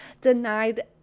denied